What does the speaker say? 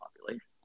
population